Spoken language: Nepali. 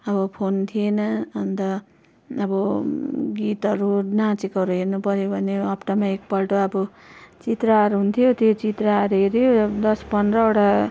अह फोन थिएन अन्त अब गीतहरू नाचेकोहरू हेर्नु पर्यो भने हप्तामा एकपल्ट अब चित्रहार हुन्थ्यो त्यही चित्रहार हेर्यो दस पन्ध्रवटा